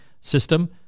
system